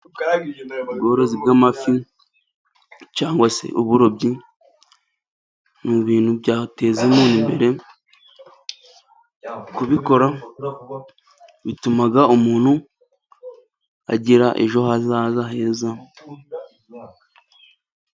Ubworozi bw'amafi cyangwa se uburobyi ni ibintu byateza imbere. Kubikora bituma umuntu agira ejo hazaza heza.